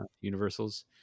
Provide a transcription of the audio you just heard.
universals